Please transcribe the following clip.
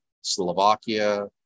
Slovakia